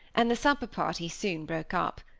and the supper party soon broke up.